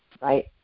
right